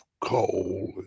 coal